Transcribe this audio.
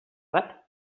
bat